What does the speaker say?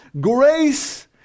grace